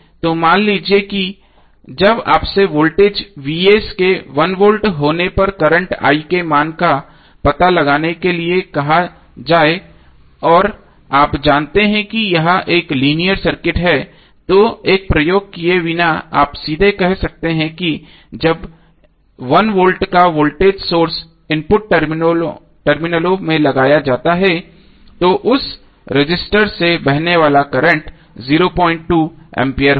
तो मान लीजिए कि जब आपसे वोल्टेज के 1 वोल्ट होने पर करंट के मान का पता लगाने के लिए कहा जाए और आप जानते हैं कि यह एक लीनियर सर्किट है तो एक प्रयोग किए बिना आप सीधे कह सकते हैं कि जब 1 वोल्ट का वोल्टेज सोर्स इनपुट टर्मिनलों में लगाया जाता है तो उस रजिस्टर से बहने वाला करंट 02 एम्पीयर होगा